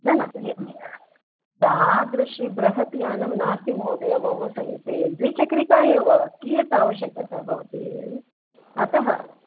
न न तादृशि बृहत् यानं नास्ति महोदय मम समीपे द्विचक्रिका एव कियत् अवश्यकता भवति अतः